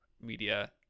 media